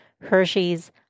Hershey's